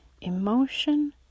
emotion